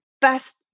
best